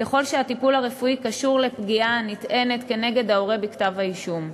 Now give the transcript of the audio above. ככל שהטיפול הרפואי קשור לפגיעה הנטענת כנגד ההורה בכתב-האישום.